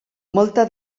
molta